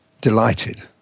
delighted